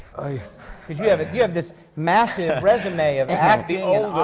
i because you have you have this massive resume of acting